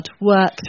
work